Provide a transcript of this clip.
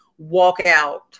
walkout